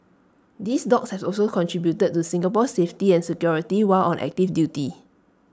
these dogs have also contributed to Singapore's safety and security while on active duty